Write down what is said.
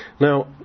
Now